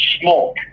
smoke